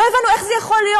לא הבנו איך זה יכול להיות.